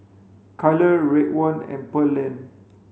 Kyler Raekwon and Pearlene